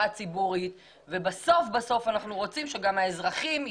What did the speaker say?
הציבורית ובסוף אנחנו רוצים שגם האזרחים,